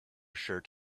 shirt